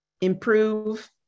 improve